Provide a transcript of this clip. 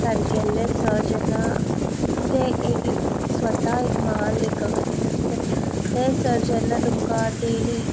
सारकेल्ले sir जेन्ना ते एक स्वता एक महा लेखक आनी तसले ते सर जेन्ना तुमकां डेली